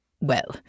Well